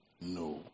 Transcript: No